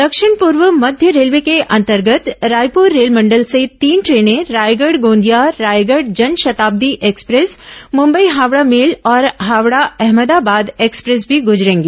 दक्षिण पूर्व मध्य रेलवे के अंतर्गत रायपुर रेलमंडल से तीन द्रेनें रायगढ़ गोंदिया रायगढ़ जनशताब्दी एक्सप्रेस मुंबई हावड़ा मेल और हावड़ा अहमदाबाद एक्सप्रेस भी गूजरेंगी